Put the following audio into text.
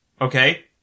Okay